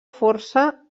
força